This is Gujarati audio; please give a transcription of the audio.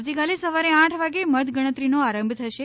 આવતીકાલે સવારે આઠ વાગે મતગણતરીનો આરંભ થશે